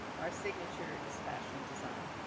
our signature is fashion design.